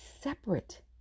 separate